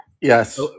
Yes